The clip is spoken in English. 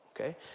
okay